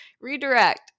Redirect